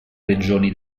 regioni